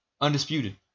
undisputed